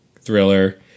thriller